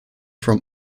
from